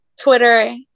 Twitter